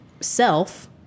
self